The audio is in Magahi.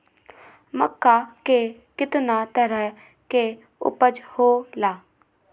मक्का के कितना तरह के उपज हो ला?